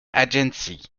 agency